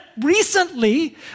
recently